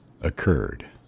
occurred